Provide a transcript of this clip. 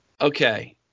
Okay